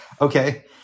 Okay